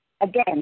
Again